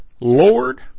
Lord